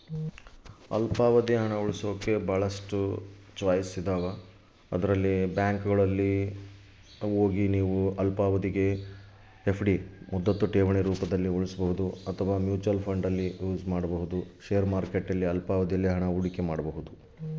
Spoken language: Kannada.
ಅಲ್ಪಾವಧಿ ಹಣ ಉಳಿಸೋಕೆ ಯಾವ ಯಾವ ಚಾಯ್ಸ್ ಇದಾವ?